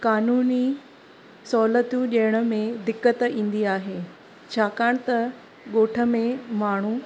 कानूनी सहूलियतूं ॾियण में दिक़त ईंदी आहे छाकाणि त गोठ में माण्हू